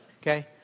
Okay